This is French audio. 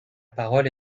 parole